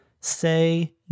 say